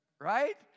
right